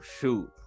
shoot